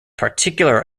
particular